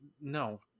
No